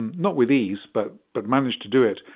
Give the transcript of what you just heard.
and not with ease, but but manage to do it.